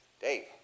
Dave